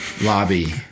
lobby